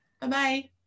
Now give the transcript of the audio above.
Bye-bye